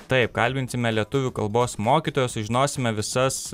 taip kalbinsime lietuvių kalbos mokytoją sužinosime visas